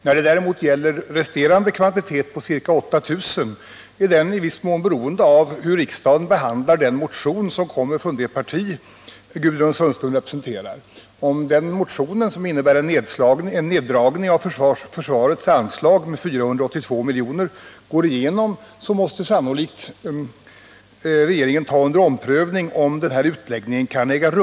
När det däremot gäller resterande kvantitet på ca 8 000 ryggsäckar, är upphandlingen i viss mån beroende av hur riksdagen Nr 75 behandlar den motion som kommer från det parti Gudrun Sundström Tisdagen den anslag med 482 miljoner, går igenom måste sannolikt regeringen ta under omprövning om denna utläggning kan äga rum.